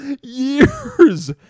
years